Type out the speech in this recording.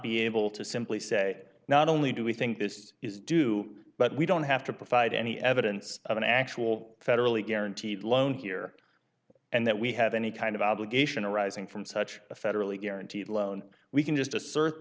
be able to simply say not only do we think this is due but we don't have to provide any evidence of an actual federally guaranteed loan here and that we have any kind of obligation arising from such a federally guaranteed loan we can just assert